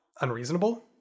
unreasonable